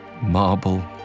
marble